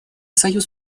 союз